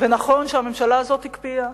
ונכון שהממשלה הזאת הקפיאה,